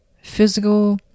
physical